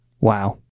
wow